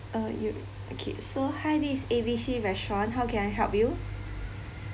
uh you okay so hi this is A B C restaurant how can I help you